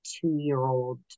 two-year-old